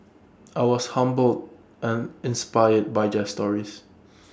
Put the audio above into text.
I was humbled and inspired by their stories